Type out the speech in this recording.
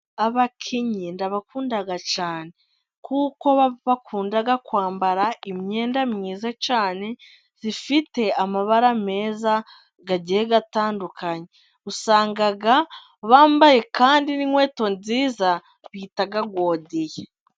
Abakinnyi ndabakunda cyane. Kuko bakunda kwambara imyenda myiza cyane, ifite amabara meza agiye atandukanye. Usanga bambaye kandi n'inkweto nziza bita godiya.